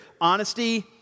Honesty